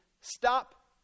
stop